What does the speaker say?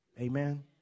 Amen